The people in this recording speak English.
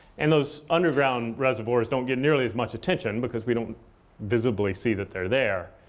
and those underground reservoirs don't get nearly as much attention because we don't visibly see that they're there.